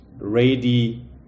ready